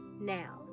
now